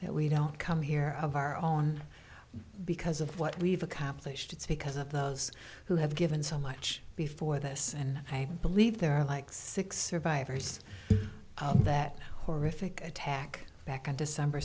that we don't come here of our own because of what we've accomplished it's because of those who have given so much before this and i believe there are like six survivors of that horrific attack back on december